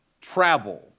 travel